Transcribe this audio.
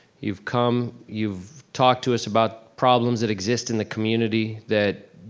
you've come, you've talked to us about problems that exist in the community that,